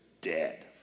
dead